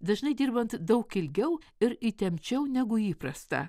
dažnai dirbant daug ilgiau ir įtempčiau negu įprasta